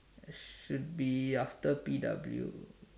should be after P_W